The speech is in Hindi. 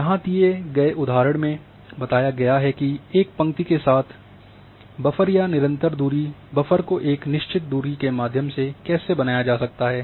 यहाँ दिए में उदाहरण में बताया गया है कि एक पंक्ति के साथ बफर या निरंतर दूरी बफर को एक निश्चित दूरी के माध्यम से कैसे बनाया जाता है